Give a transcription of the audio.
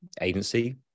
agency